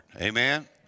Amen